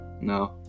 No